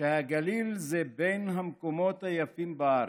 שהגליל הוא בין המקומות היפים בארץ,